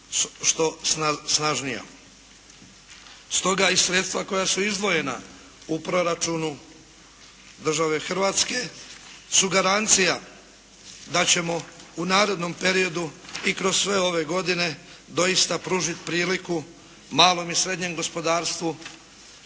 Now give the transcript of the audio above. što snažnija. Stoga i sredstva koja su izdvojena u proračunu države Hrvatske su garancija da ćemo u narednom periodu i kroz sve ove godine doista pružiti priliku malom i srednjem gospodarstvu da ojača i